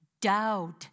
doubt